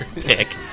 pick